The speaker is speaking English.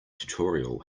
tutorial